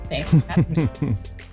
Thanks